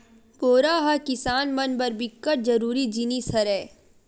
बोरा ह किसान मन बर बिकट जरूरी जिनिस हरय